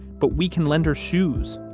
but we can lend her shoes.